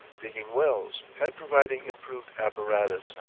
digging wells, and providing improved apparatus.